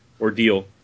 ordeal